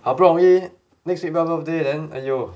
好不容易 next week belle birthday then !aiyo!